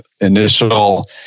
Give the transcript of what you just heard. initial